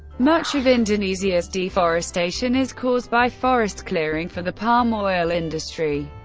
much of indonesia's deforestation is caused by forest clearing for the palm oil industry,